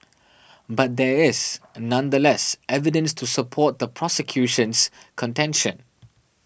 but there is nonetheless evidence to support the prosecution's contention